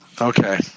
Okay